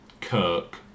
Kirk